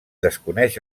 desconeix